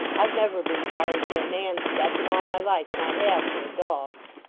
i've never been sorry for a man's death in all my life, and i have for a dog's